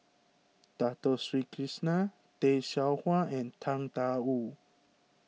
Dato Sri Krishna Tay Seow Huah and Tang Da Wu